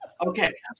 Okay